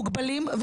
מוגבלים,